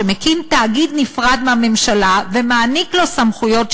שמקים תאגיד נפרד מהממשלה ומעניק לו סמכויות שלטוניות,